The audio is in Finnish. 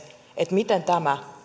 miten tämä